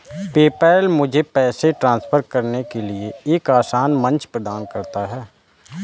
PayPal मुझे पैसे transfer करने के लिए एक आसान मंच प्रदान करता है